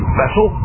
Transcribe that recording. vessel